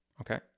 Okay